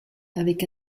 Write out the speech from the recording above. avec